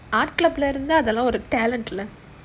art club lah இருந்தா அதெல்லாம் ஒரு:iruntha adhellaam oru talent lah